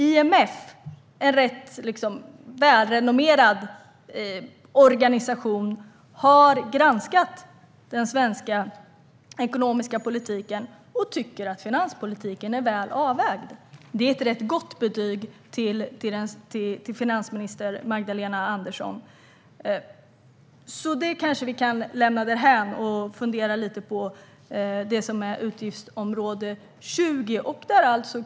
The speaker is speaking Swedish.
IMF, som är en rätt välrenommerad organisation, har granskat den svenska ekonomiska politiken och tycker att finanspolitiken är väl avvägd. Det är ett rätt gott betyg till finansminister Magdalena Andersson. Vi kan kanske lämna detta lite därhän och fundera lite på det som är utgiftsområde 20.